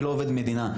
אני לא עובד מדינה.